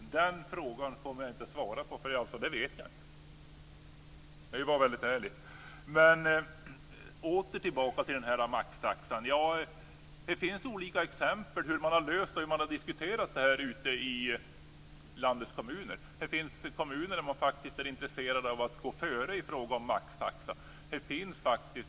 Fru talman! Den frågan kommer jag inte att svara på för det vet jag inte, ärligt sagt. Jag kommer då tillbaka till frågan om maxtaxan. Det finns olika exempel på hur man har löst detta och diskuterat det i landets kommuner. Det finns kommuner där man är intresserad av att gå före i fråga om maxtaxa.